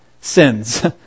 sins